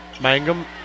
mangum